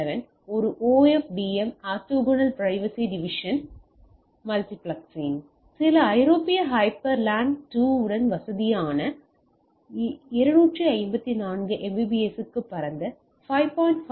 11 ஒரு OFDM orthogonal frequency division multiplexing சில ஐரோப்பிய ஹைப்பர் லேன் 2 உடன் வசதியானது 254 Mbps க்கு பரந்த 5